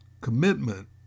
Commitment